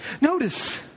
Notice